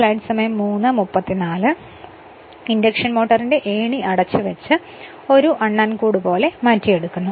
ആയതുക്കൊണ്ട് induction മോട്ടോറിന്റെ ഏണി അടച്ചുവച്ച് ഒരു സ്ക്യുറൽ കേജ് പോലെ മാറ്റിയെടുക്കുന്നു